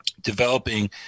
developing